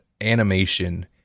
animation